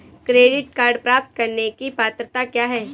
Credit card प्राप्त करने की पात्रता क्या है?